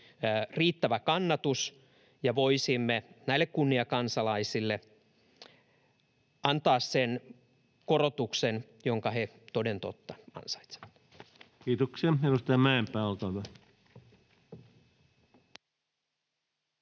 riittävä kannatus ja voisimme näille kunniakansalaisille antaa sen korotuksen, jonka he toden totta ansaitsevat. [Speech 129] Speaker: